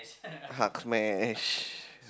hulk smash